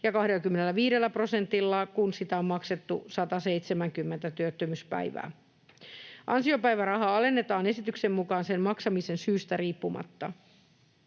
ja 25 prosentilla, kun sitä on maksettu 170 työttömyyspäivää. Ansiopäivärahaa alennetaan esityksen mukaan sen maksamisen syystä riippumatta.